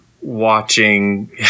watching